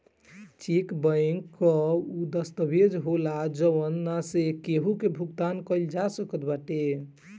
check bank कअ उ दस्तावेज होला जवना से केहू के भुगतान कईल जा सकत बाटे